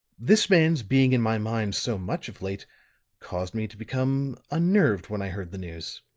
this man's being in my mind so much of late caused me to become unnerved when i heard the news.